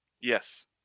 yes